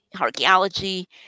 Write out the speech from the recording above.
archaeology